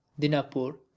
Dinapur